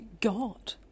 God